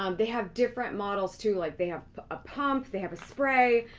um they have different models, too, like they have a pump, they have a spray,